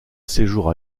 séjour